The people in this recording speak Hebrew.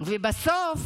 ובסוף